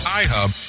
iHub